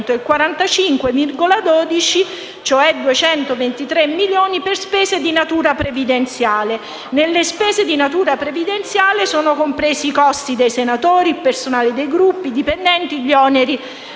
per cento, cioè 223 milioni, per le spese di natura previdenziale. Nelle spese di natura previdenziale sono compresi i costi dei senatori, del personale dei Gruppi, dei dipendenti e gli oneri